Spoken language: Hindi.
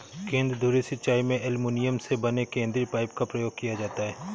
केंद्र धुरी सिंचाई में एल्युमीनियम से बने केंद्रीय पाइप का प्रयोग किया जाता है